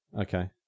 Okay